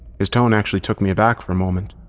his tone actually took me aback for a moment,